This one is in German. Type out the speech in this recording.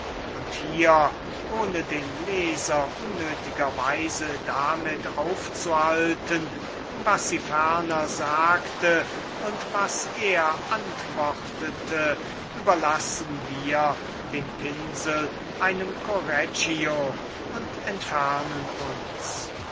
und hier ohne den leser unnötiger weise damit aufzuhalten was sie ferner sagte und was er antwortete überlassen wir den pinsel einem